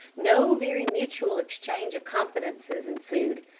no very mutual exchange of confidences ensued.